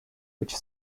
which